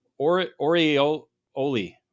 Orioli